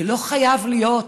ולא חייבים להיות